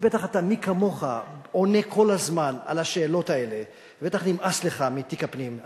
מי כמוך עונה כל הזמן על השאלות האלה ובטח נמאס לך מתיק הפנים,